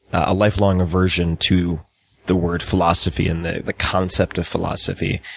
a lifelong aversion to the word philosophy and the the concept of philosophy,